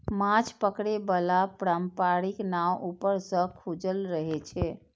माछ पकड़े बला पारंपरिक नाव ऊपर सं खुजल रहै छै